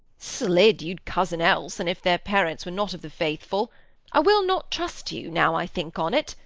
slid, you'd cozen else, and if their parents were not of the faithful i will not trust you, now i think on it,